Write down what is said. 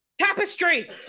*Tapestry*